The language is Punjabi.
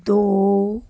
ਦੋ